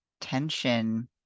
tension